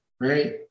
right